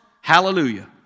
hallelujah